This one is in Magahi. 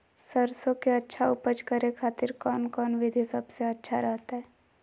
सरसों के अच्छा उपज करे खातिर कौन कौन विधि सबसे अच्छा रहतय?